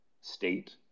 state